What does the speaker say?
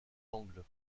angles